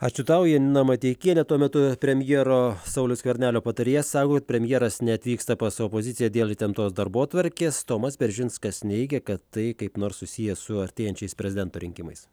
ačiū tau janina mateikienė tuo metu premjero sauliaus skvernelio patarėjas sako kad premjeras neatvyksta pas opoziciją dėl įtemptos darbotvarkės tomas beržinskas neigia kad tai kaip nors susiję su artėjančiais prezidento rinkimais